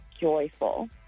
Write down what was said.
joyful